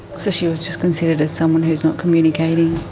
so she was just considered as someone who is not communicating.